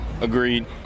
agreed